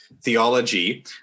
theology